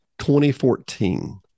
2014